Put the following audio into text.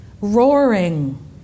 Roaring